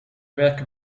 werken